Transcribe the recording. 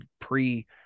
pre